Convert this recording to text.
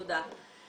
תודה.